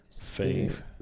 faith